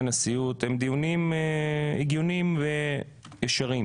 הנשיאות הם דיונים הגיוניים וישרים.